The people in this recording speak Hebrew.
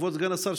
כבוד סגן השר,